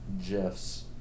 Jeffs